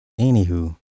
Anywho